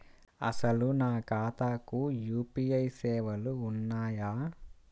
అసలు నా ఖాతాకు యూ.పీ.ఐ సేవలు ఉన్నాయా?